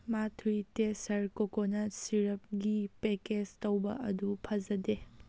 ꯃꯥꯊꯨꯏ ꯇꯦꯁꯔ ꯀꯣꯀꯣꯅꯠ ꯁꯤꯔꯞꯀꯤ ꯄꯦꯀꯦꯁ ꯇꯧꯕ ꯑꯗꯨ ꯐꯖꯗꯦ